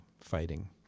fighting